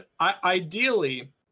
ideally